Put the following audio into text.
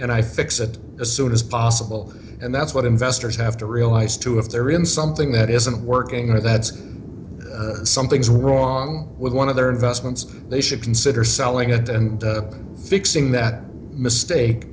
and i fix it as soon as possible and that's what investors have to realize too if they're in something that isn't working or that's something's going on with one of their investments they should consider selling it and fixing that mistake